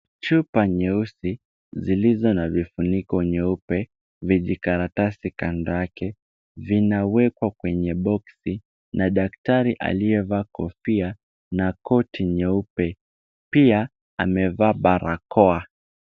Chupa nyeusi zilizo na vifuniko nyeupe, vijikaratasi kando yake, vinawekwa kwenye boxi na daktari aliyevaa kofia na koti nyeupe. Pia amevaa barakoa.